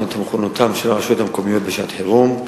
את מוכנותן של הרשויות המקומיות לשעת-חירום.